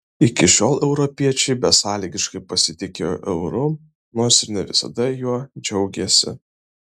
iki šiol europiečiai besąlygiškai pasitikėjo euru nors ir ne visada juo džiaugėsi